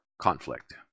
conflict